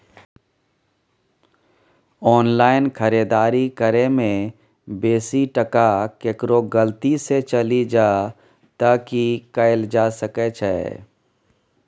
Online खरीददारी करै में बेसी टका केकरो गलती से चलि जा त की कैल जा सकै छै?